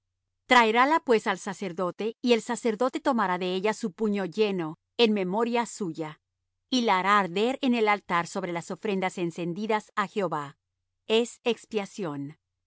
expiación traerála pues al sacerdote y el sacerdote tomará de ella su puño lleno en memoria suya y la hará arder en el altar sobre las ofrendas encendidas á jehová es expiación